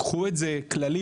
קחו את זה כללי,